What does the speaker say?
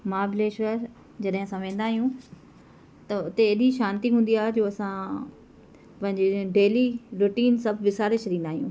महाबलेश्वर जॾहिं असां वेंदा आहियूं त उते एॾी शांती हूंदी आहे जो असां पंहिंजी डेली रुटीन सभु विसारे छॾींदा आहियूं